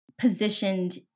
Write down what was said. positioned